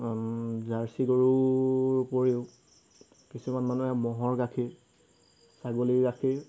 jersey গৰুৰ উপৰিও কিছুমান মানুহে ম'হৰ গাখীৰ ছাগলীৰ গাখীৰ